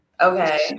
okay